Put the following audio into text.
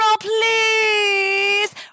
please